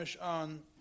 on